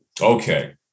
Okay